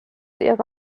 ihre